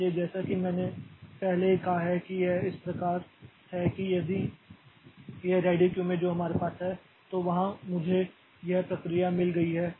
इसलिए जैसा कि मैंने पहले ही कहा है कि यह इस प्रकार है कि यदि यह रेडी क्यू जो हमारे पास है तो वहां मुझे यह प्रक्रिया मिल गई है